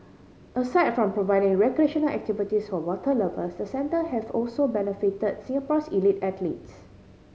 aside from providing recreational activities for water lovers the centre has also benefit Singapore's elite athletes